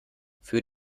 für